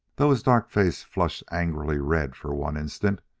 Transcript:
though his dark face flushed angrily red for one instant,